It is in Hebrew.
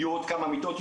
היהיו עוד כמה מיטות,